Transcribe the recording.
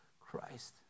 Christ